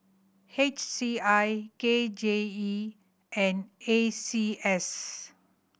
H C I K J E and A C S